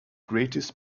greatest